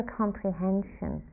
comprehension